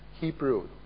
Hebrew